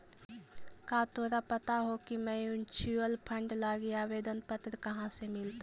का तोरा पता हो की म्यूचूअल फंड लागी आवेदन पत्र कहाँ से मिलतई?